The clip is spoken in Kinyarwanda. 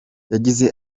yagize